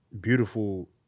beautiful